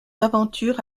aventures